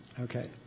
Okay